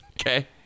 Okay